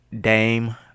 Dame